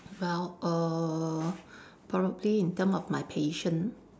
well err probably in term of my patience